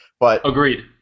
Agreed